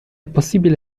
possibile